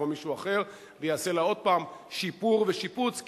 מישהו אחר ויעשה לה עוד פעם שיפור ושיפוץ,